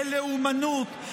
ללאומנות,